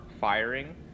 firing